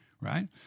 Right